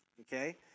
okay